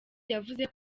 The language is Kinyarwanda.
yavuze